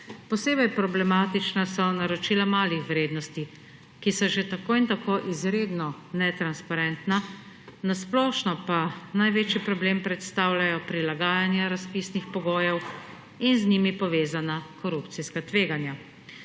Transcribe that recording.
Posebej problematična so naročila malih vrednosti, ki so že tako ali tako izredno netransparentna, na splošno pa največji problem predstavljajo prilagajanja razpisnih pogojev in z njimi povezana korupcijska tveganja.